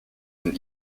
and